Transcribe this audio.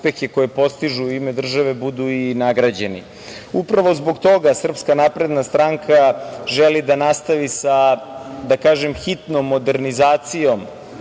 uspehe koje postižu u ime države budu i nagrađeni. Upravo zbog toga, SNS želi da nastavi sa, da kažem, hitnom modernizacijom